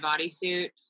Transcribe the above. bodysuit